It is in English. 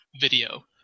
video